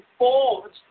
informed